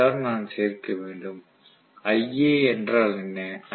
இதைத்தான் நான் சேர்க்க வேண்டும் iA என்றால் என்ன